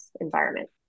environment